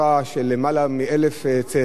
של למעלה מ-1,000 צאצאים,